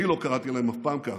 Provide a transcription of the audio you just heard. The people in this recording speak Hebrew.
אני לא קראתי להם אף פעם כך,